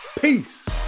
peace